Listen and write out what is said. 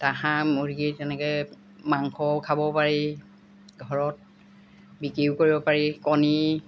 তাহাঁ মুৰ্গী তেনেকৈ মাংসও খাব পাৰি ঘৰত বিক্ৰীও কৰিব পাৰি কণী